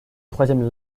troisième